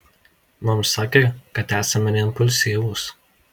mums sakė kad esame neimpulsyvūs